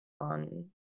on